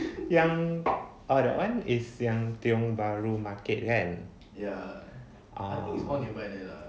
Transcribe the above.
yang ah oh that one is yang tiong bahru market kan